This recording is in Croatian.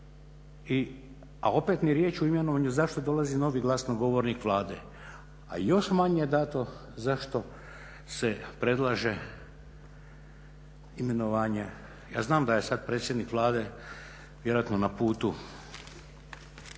a opet ni riječ o imenovanju zašto dolazi novi glasnogovornik Vlade, a još manje dato zašto se predlaže imenovanje. Ja znam da je sada predsjednik Vlade vjerojatno na putu